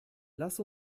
lass